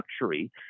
luxury